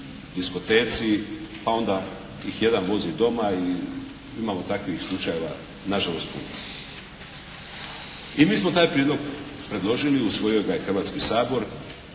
diskoteci, pa onda ih jedan vozi doma i imamo takvih slučajeva na žalost puno. I mi smo taj prijedlog predložili, usvojio ga je Hrvatski sabor